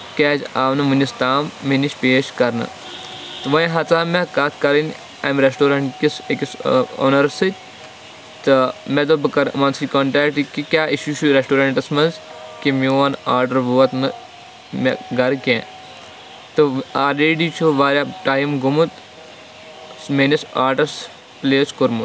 کیازِ آو نہٕ ؤنِیُک تام مےٚ نِش پیش کرنہٕ تہٕ وۄنۍ ہیٚژاو مےٚ کَتھ کَرٕںۍ اَمہِ ریسٹورنٹ کِس أکِس اونَرَس سۭتۍ تہٕ مےٚ دوٚپ بہٕ کرٕ یِمن سۭتۍ کَنٹیکٹ کہِ کیاہ اِشوٗ چھُ ریسٹورنٹَس منٛز کہِ میون آدڑ ووت نہٕ مےٚ گرٕ کیٚنٛہہ تہٕ آلریڈی چھُ واریاہ ٹایم گوٚمُت میٲنِس آڈرس پِلیس کوٚرمُت